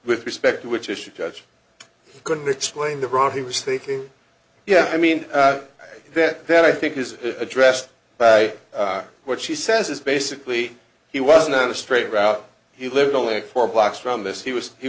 with respect to which issue judge couldn't explain the route he was thinking yeah i mean that that i think is addressed by what she says is basically he wasn't a straight route he lived only four blocks from this he was he